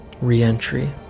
re-entry